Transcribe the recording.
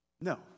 No